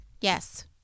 Yes